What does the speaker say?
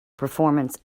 performance